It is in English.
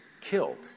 killed